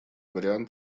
вариант